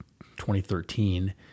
2013